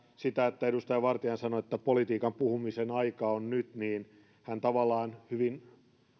sitä että edustaja vartiainen sanoi että politiikan puhumisen aika on nyt niin hän tavallaan hyvin